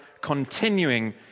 continuing